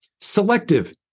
selective